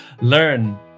learn